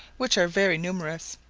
which are very numerous,